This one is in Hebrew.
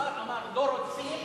השר אמר לא רוצים,